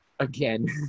Again